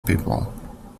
people